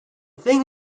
thing